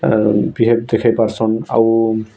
behave ଦେଖାଇ ପାରୁସନ୍ ଆଉ